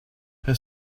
his